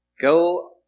Go